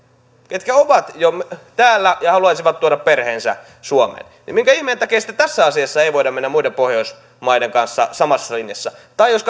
ketkä ovat jo täällä ja haluaisivat tuoda perheensä suomeen minkä ihmeen takia tässä asiassa ei voida mennä muiden pohjoismaiden kanssa samassa linjassa tai jos